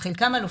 חלקם על אופנוע,